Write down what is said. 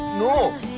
no,